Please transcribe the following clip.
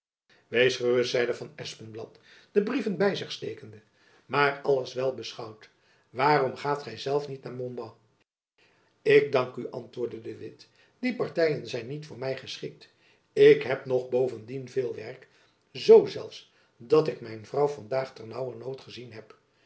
wees gerust zeide van espenblad de brieven by zich stekende maar alles wel beschouwd waarom gaat gy zelf niet naar montbas ik dank u antwoordde de witt die partyen zijn niet voor my geschikt ik heb nog bovendien veel werk zoo zelfs dat ik mijn vrouw van